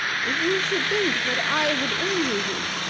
if you should think that i would injure you,